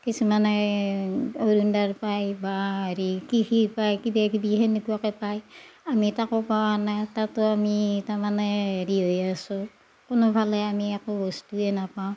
কিছুমানে অনুদান পায় বা হেৰি কৃষি পায় কিবাকিবি সেনেকুৱাকে পায় আমি তাকো পোৱা নাই তাতো আমি তাৰমানে হেৰি হৈ আছোঁ কোনো ফালে আমি একো বস্তুৱে নেপাওঁ